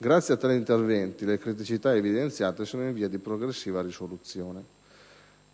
Grazie a tali interventi le criticità evidenziate sono in via di progressiva risoluzione.